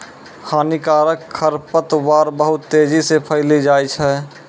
हानिकारक खरपतवार बहुत तेजी से फैली जाय छै